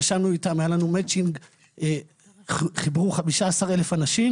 ישבנו איתם, היה לנו Matching, חיברו 15 אלף אנשים